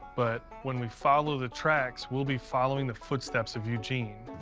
but when we follow the tracks, we'll be following the footsteps of eugene.